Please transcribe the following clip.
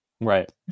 Right